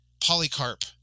polycarp